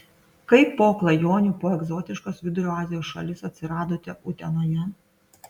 kaip po klajonių po egzotiškas vidurio azijos šalis atsiradote utenoje